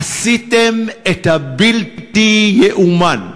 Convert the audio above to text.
עשיתם את הבלתי-יאומן,